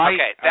Okay